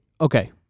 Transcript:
okay